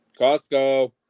Costco